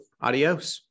adios